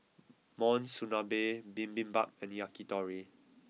Monsunabe Bibimbap and Yakitori